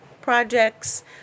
projects